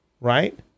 right